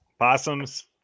Possums